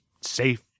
safe